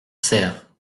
cère